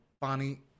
Bonnie